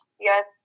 yes